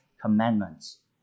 commandments